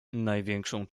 największą